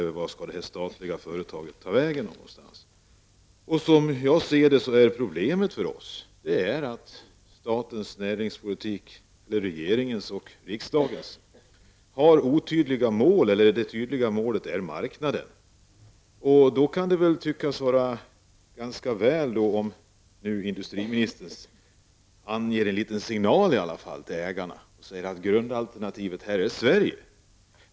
Var skall detta statliga företag ta vägen? Som jag ser det har regeringens och riksdagens näringspolitik otydliga mål -- eller rättare, det tydliga målet är marknaden. Då kan det väl tyckas vara ganska bra om industriministern gav i alla fall en liten signal till ägarna om att grundalternativet i det här fallet är Sverige.